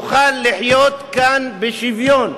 יוכל לחיות כאן בשוויון.